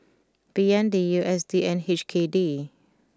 B N D U S D and H K D